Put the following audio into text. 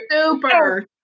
Super